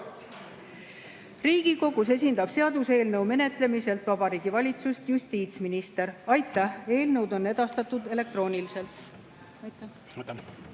Riigikogus esindab seaduseelnõu menetlemisel Vabariigi Valitsust justiitsminister. Aitäh! Eelnõud on edastatud elektrooniliselt. Austatud